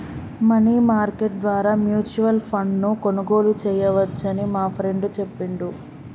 money market ద్వారా mutual ఫండ్ను కొనుగోలు చేయవచ్చని మా ఫ్రెండు చెప్పిండు